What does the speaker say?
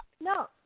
No